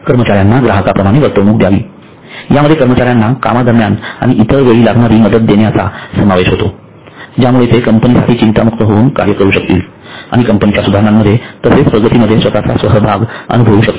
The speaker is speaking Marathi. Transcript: कर्मचार्यांना ग्राहकांप्रमाणे वर्तवणूक द्यावी यामध्ये कर्मचाऱ्यांना कामादरम्यान आणि इतर वेळी लागणारी मदत देण्याचा समावेश होतो ज्यामुळे ते कंपनीसाठी चिंतामुक्त होऊन कार्य करू शकतील आणि कंपनीच्या सुधारणांमध्ये तसेच प्रगतीमध्ये स्वतःचा सहभाग अनुभवू शकतील